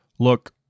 Look